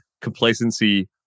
complacency